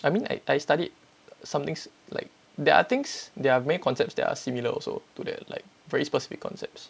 I mean I studied some things like there are things there are main concepts that are similar also to that like very specific concepts